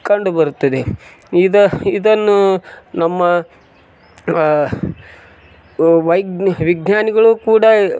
ಕಂಡು ಬರುತ್ತದೆ ಇದ ಇದನ್ನೂ ನಮ್ಮ ವೈಜ್ನ್ ವಿಜ್ಞಾನಿಗಳೂ ಕೂಡ